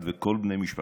את וכל בני משפחתך.